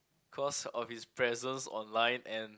cause of his presence online and